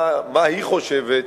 מה היא חושבת